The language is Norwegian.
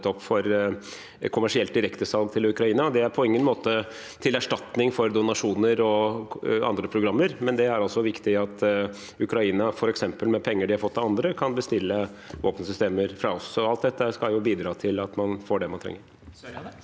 opp for kommersielt direktesalg til Ukraina. Det er på ingen måte til erstatning for donasjoner og andre programmer, men det er viktig at Ukraina, f.eks. med penger de har fått av andre, kan bestille våpensystemer fra oss. Alt dette skal bidra til at man får det man trenger.